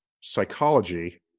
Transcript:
psychology